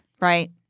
right